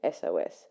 SOS